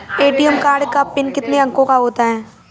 ATM card का PIN कितने अंकों का होता है?